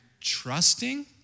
trusting